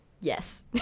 yes